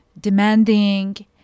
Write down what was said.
demanding